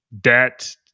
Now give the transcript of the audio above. debt